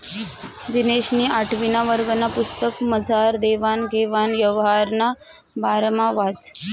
दिनेशनी आठवीना वर्गना पुस्तकमझार देवान घेवान यवहारना बारामा वाचं